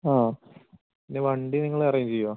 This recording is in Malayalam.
ആ പിന്നെ വണ്ടി നിങ്ങള് അറേഞ്ച് ചെയ്യുമോ